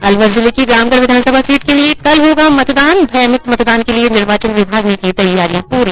अलवर जिले की रामगढ़ विधानसभा सीट के लिए कल होगा मतदान भयमुक्त मतदान के लिए निर्वाचन विभाग ने की तैयारियां पूरी